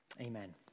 Amen